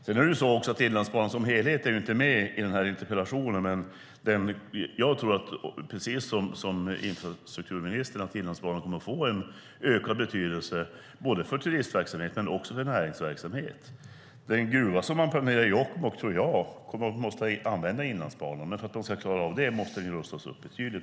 Sedan är det så också att Inlandsbanan som helhet inte är med i den här interpellationen. Jag tror precis som infrastrukturministern att Inlandsbanan kommer att få en ökad betydelse, både för turistverksamheten och för näringsverksamhet. Den gruva som man planerar i Jokkmokk tror jag måste använda Inlandsbanan, men för att den ska klara av det måste den rustas upp betydligt.